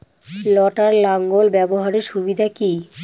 লটার লাঙ্গল ব্যবহারের সুবিধা কি?